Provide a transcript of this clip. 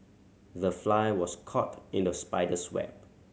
the fly was caught in the spider's web